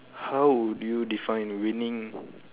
how would you define winning